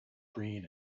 green